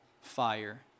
fire